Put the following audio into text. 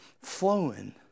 flowing